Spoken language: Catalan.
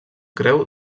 creu